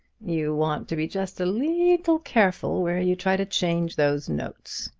you want to be just a leetle careful where you try to change those notes!